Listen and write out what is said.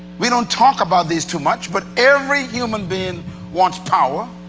we don't talk about these too much, but every human being wants power,